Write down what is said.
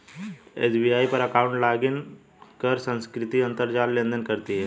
SBI पर account login कर सुकृति अंतरजाल लेनदेन करती है